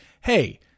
hey